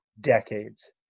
decades